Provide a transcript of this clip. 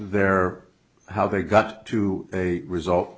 their how they got to a result